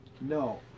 No